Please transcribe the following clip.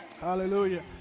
Hallelujah